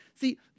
See